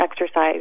exercise